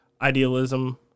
idealism